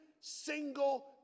single